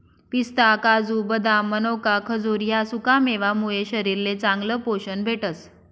पिस्ता, काजू, बदाम, मनोका, खजूर ह्या सुकामेवा मुये शरीरले चांगलं पोशन भेटस